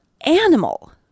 animal